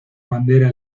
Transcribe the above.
bandera